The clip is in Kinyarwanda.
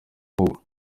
kugwa